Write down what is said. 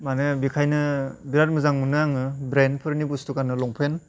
मानो बेखायनो बिराद मोजां मोनो आङो ब्रेन्डफोरनि बुस्थु गान्नो लंपेन्ट